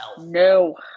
No